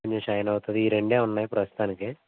కొంచెం షైన్ అవుతుంది ఈ రెండే ఉన్నాయి ప్రస్తుతానికి